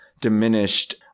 diminished